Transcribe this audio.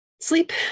sleep